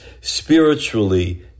spiritually